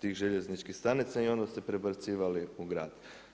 tih željezničkih stanica i onda se prebacivali u grad.